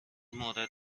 مورد